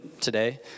today